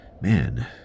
man